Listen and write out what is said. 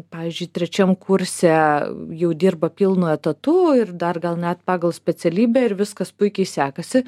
pavyzdžiui trečiam kurse jau dirba pilnu etatu ir dar gal net pagal specialybę ir viskas puikiai sekasi